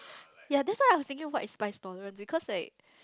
yeah that's why I was thinking like what is spice tolerance because like